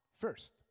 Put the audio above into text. first